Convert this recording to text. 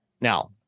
Now